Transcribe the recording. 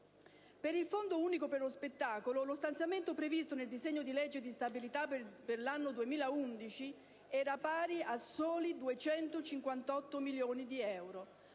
Per il Fondo unico per lo spettacolo, lo stanziamento previsto nel disegno di legge dì stabilità per l'anno 2011 era pari a soli 258,6 milioni di euro,